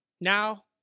Now